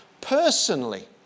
Personally